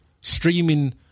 streaming